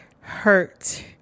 hurt